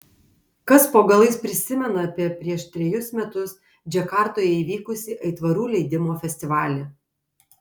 kas po galais prisimena apie prieš trejus metus džakartoje įvykusį aitvarų leidimo festivalį